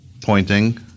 pointing